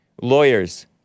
Lawyers